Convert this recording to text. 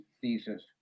thesis